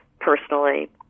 personally